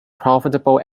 profitable